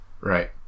Right